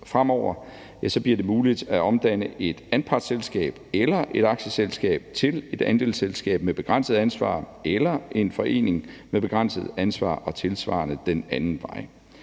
Fremover bliver det muligt at omdanne et anpartsselskab eller et aktieselskab til et andelsselskab med begrænset ansvar eller en forening med begrænset ansvar. Tilsvarende er det den anden vej.